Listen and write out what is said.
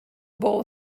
bowl